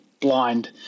blind